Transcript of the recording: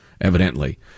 evidently